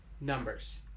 numbers